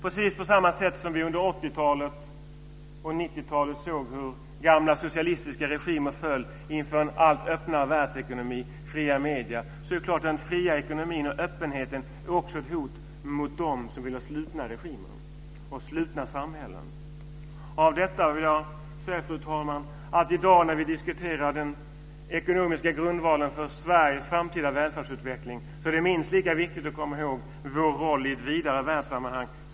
Precis som vi under 80-talet och 90-talet såg hur gamla socialistiska regimer föll inför en allt öppnare världsekonomi och fria medier är det klart att den fria ekonomin och öppenheten är ett hot mot dem som vill ha slutna regimer och slutna samhällen. Mot bakgrund av detta vill jag säga, fru talman, att det i dag när vi diskuterar den ekonomiska grundvalen för Sveriges framtida välfärdsutveckling är minst lika viktigt att komma ihåg vår roll i ett vidare världssammanhang.